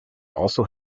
also